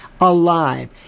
Alive